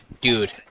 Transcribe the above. dude